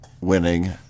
winning